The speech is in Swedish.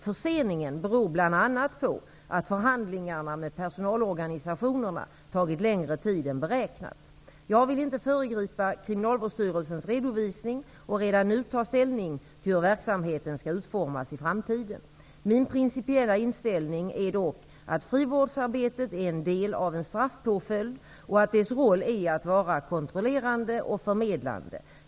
Förseningen beror bl.a. på att förhandlingarna med personalorganisationerna tagit längre tid än beräknat. Jag vill inte föregripa Kriminalvårdsstyrelsens redovisning med att redan nu ta ställning till hur verksamheten skall utformas i framtiden. Min principiella inställning är dock att frivårdsarbetet är en del av en straffpåföljd och att dess roll är att vara kontrollerande och förmedlande.